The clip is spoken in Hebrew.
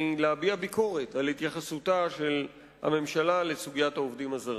להביע ביקורת על התייחסותה של הממשלה לסוגיית העובדים הזרים.